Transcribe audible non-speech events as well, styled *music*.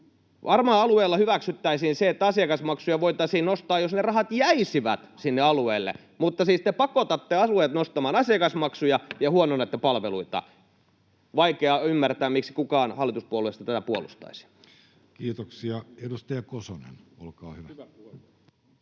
Varmaan alueilla hyväksyttäisiin se, että asiakasmaksuja voitaisiin nostaa, jos ne rahat jäisivät sinne alueille, mutta te siis pakotatte alueet nostamaan asiakasmaksuja *noise* ja huononnatte palveluita. Vaikea ymmärtää, miksi kukaan hallituspuolueista tätä puolustaisi. Kiitoksia. — Edustaja Kosonen, olkaa hyvä.